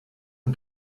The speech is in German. und